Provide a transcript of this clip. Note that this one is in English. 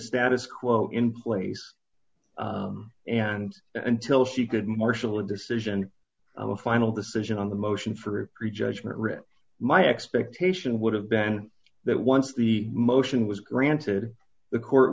status quo in place and until she could marshal a decision on the final decision on the motion for a prejudgment writ my expectation would have been that once the motion was granted the court